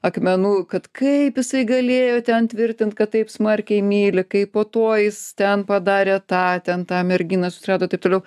akmenų kad kaip jisai galėjo ten tvirtint kad taip smarkiai myli kai po tuo jis ten padarė tą ten tą merginą susirado taip toliau